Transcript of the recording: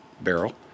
barrel